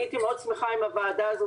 אני הייתי מאוד שמחה אם הוועדה הזו